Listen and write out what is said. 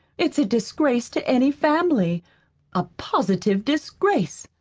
it's a disgrace to any family a positive disgrace!